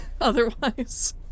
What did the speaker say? otherwise